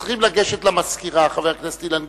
צריך לגשת למזכירה, חבר הכנסת אילן גילאון,